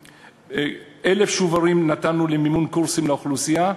1,000 שוברים נתנו למימון קורסים לאוכלוסייה,